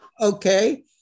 Okay